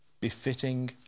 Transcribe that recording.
befitting